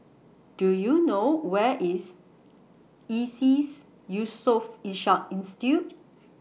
Do YOU know Where IS ISEAS Yusof Ishak Institute